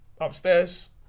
upstairs